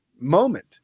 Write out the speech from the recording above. moment